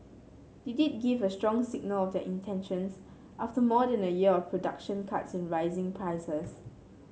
they did give a strong signal of their intentions after more than a year of production cuts and rising prices